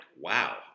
wow